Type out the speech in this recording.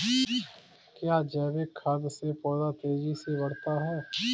क्या जैविक खाद से पौधा तेजी से बढ़ता है?